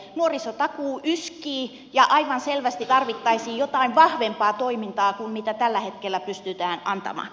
nuorisotakuu yskii ja aivan selvästi tarvittaisiin jotain vahvempaa toimintaa kuin mitä tällä hetkellä pystytään antamaan